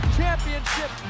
championship